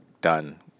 done